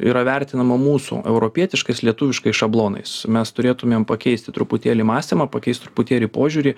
yra vertinama mūsų europietiškais lietuviškais šablonais mes turėtumėm pakeisti truputėlį mąstymą pakeist truputėlį požiūrį